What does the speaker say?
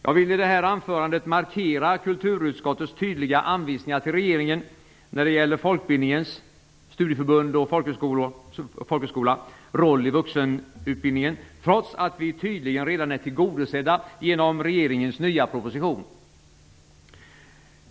Jag vill i det här anförandet markera kulturutskottets tydliga anvisningar till regeringen när det gäller folkbildningens - studieförbundens och folkhögskolornas - roll i vuxenutbildningen, trots att vi tydligen redan är tillgodosedda genom regeringens nya proposition.